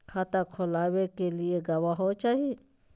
खाता खोलाबे के लिए गवाहों चाही?